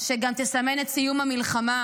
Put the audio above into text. שגם תסמן את סיום המלחמה.